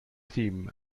tim